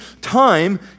time